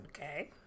Okay